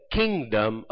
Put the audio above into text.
kingdom